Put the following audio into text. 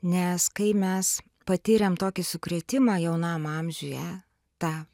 nes kai mes patyrėm tokį sukrėtimą jaunam amžiuje tą